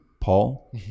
Paul